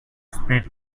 speeds